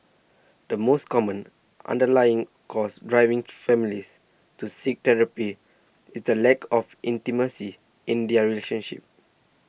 the most common underlying cause driving families to seek therapy is the lack of intimacy in their relationships